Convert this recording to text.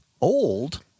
old